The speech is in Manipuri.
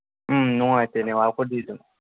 ꯎꯝ ꯅꯨꯡꯉꯥꯏꯇꯦ ꯅꯦꯠꯋꯥꯛꯄꯨꯗꯤ ꯑꯗꯨꯝ